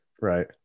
Right